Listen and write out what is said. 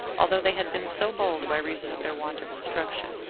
although they had been so bold by reason of their want of instruction.